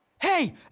Hey